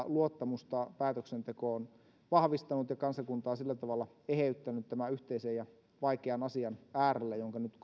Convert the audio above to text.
luottamusta päätöksentekoon vahvistanut ja kansakuntaa sillä tavalla eheyttänyt tämän yhteisen ja vaikean asian äärellä jonka nyt